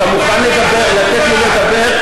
אתה מוכן לתת לי לדבר?